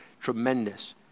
tremendous